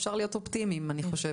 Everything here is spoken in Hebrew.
אפשר להיות אופטימיים אני חושבת.